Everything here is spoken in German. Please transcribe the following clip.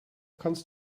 kannst